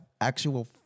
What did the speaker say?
actual